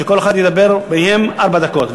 שכל אחד ידבר בו ארבע דקות.